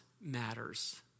matters